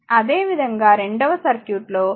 అదేవిధంగా రెండవ సర్క్యూట్ లో అక్కడ G విలువ 0